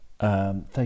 Thank